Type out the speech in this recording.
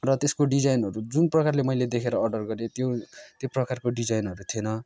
र त्यसको डिजाइनहरू जुन प्रकारको मैले देखेर अर्डर गरेँ त्यो त्यो प्रकारको डिजाइनहरू थिएन